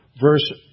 Verse